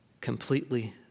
completely